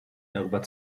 darüber